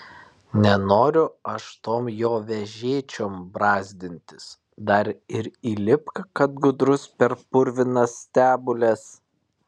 nenoriu aš tom jo vežėčiom brazdintis dar ir įlipk kad gudrus per purvinas stebules